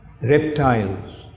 reptiles